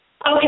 Okay